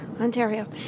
Ontario